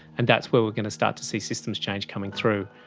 and that's where we are going to start to see systems change coming through,